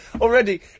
Already